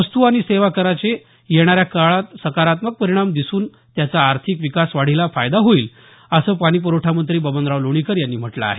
वस्तू आणि सेवा कराचे येणाऱ्या काळात सकारात्मक परिणाम दिसून त्याचा आर्थिक विकास वाढीला फायदा होऊ शकेल असं पाणी पुरवठा मंत्री बबनराव लोणीकर यांनी म्हटलं आहे